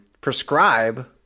prescribe